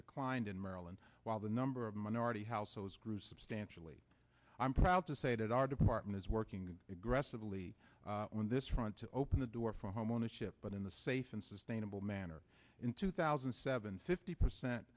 declined in maryland while the number of minority households grew substantially i'm proud to say that our department is working aggressively on this front to open the door for homeownership but in the safe and sustainable manner in two thousand and seven fifty percent